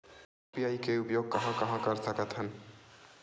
UPI के उपयोग कहां कहा कर सकत हन?